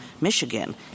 Michigan